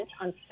on